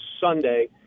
Sunday